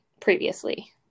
previously